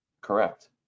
Correct